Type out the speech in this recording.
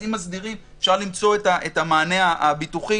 אם מסדירים אפשר למצוא את המענה של הביטוח.